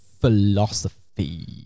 philosophy